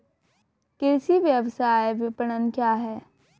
कृषि व्यवसाय विपणन क्या है?